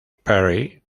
perry